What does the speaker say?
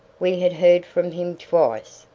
we had heard from him twice,